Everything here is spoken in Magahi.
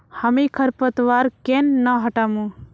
हामी खरपतवार केन न हटामु